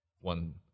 one